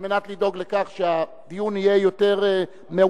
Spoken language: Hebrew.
על מנת לדאוג לכך שהדיון יהיה יותר מאוזן.